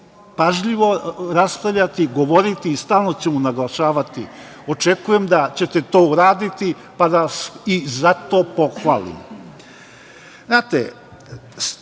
pažljivo raspravljati, govoriti i stalno ćemo naglašavati. Očekujem da ćete to uraditi, pa da vas i zato pohvalim. Znate,